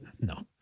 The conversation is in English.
no